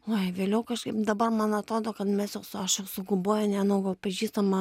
oi vėliau kažkaip dabar man atrodo kad mes jaus aš jau su guboja ne nuo gal pažįstama